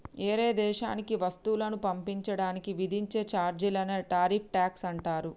ఏరే దేశానికి వస్తువులను పంపించడానికి విధించే చార్జీలనే టారిఫ్ ట్యాక్స్ అంటారు